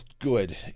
good